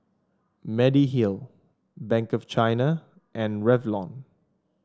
Mediheal Bank of China and Revlon